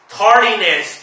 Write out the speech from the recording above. tardiness